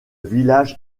village